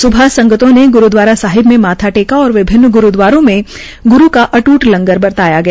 स्बह संगतों ने ग्रूदवारा साहिब में माथा टेका और विभिन्न ग्रूदवारों मे ग्रू का अट्ट लंगर बरताया गया